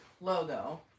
logo